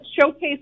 showcase